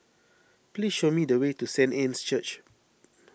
please show me the way to Saint Anne's Church